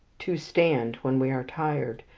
to stand when we are tired,